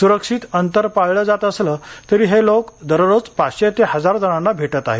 सुरक्षित अंतर पाळलं जात असलं तरी हे लोक दररोज पाचशे ते हजार जणांना भेटत आहेत